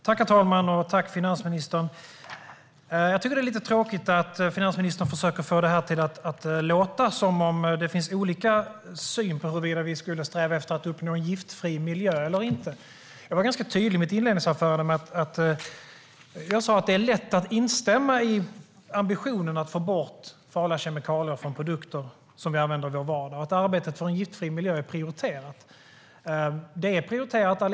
Herr talman! Tack, finansministern! Jag tycker att det är lite tråkigt att finansministern försöker att få det här till att låta som att det finns olika syn på huruvida vi strävar efter att uppnå en giftfri miljö eller inte. Jag var ganska tydlig i mitt inledningsanförande. Jag sa att det är lätt att instämma i ambitionen att få bort farliga kemikalier från produkter som vi använder i vår vardag. Arbetet för en giftfri miljö är prioriterat.